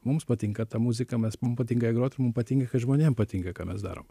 mums patinka ta muzika mes mum patinka ją grot ir mums patinka kai žmonėm patinka ką mes darom